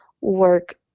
work